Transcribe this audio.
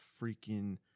freaking